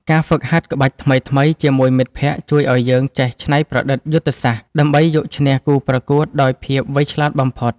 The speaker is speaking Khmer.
ការហ្វឹកហាត់ក្បាច់ថ្មីៗជាមួយមិត្តភក្តិជួយឱ្យយើងចេះច្នៃប្រឌិតយុទ្ធសាស្ត្រ ដើម្បីយកឈ្នះគូប្រកួតដោយប្រើភាពវៃឆ្លាតបំផុត។